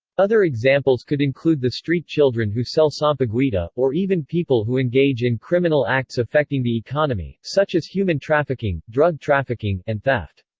other examples could include the street children who sell sampaguita, or even people who engage in criminal acts affecting the economy, such as human trafficking, drug trafficking, and theft.